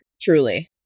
truly